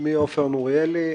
שמי עופר נוריאלי,